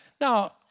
Now